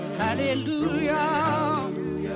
hallelujah